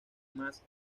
más